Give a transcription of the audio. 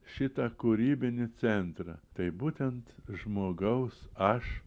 šitą kūrybinį centrą tai būtent žmogaus aš